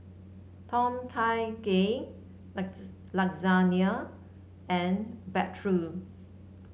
Tom Kha Gai Lasagne and Bratwurst